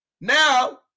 Now